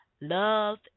Love